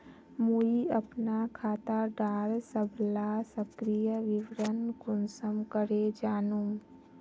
मुई अपना खाता डार सबला सक्रिय विवरण कुंसम करे जानुम?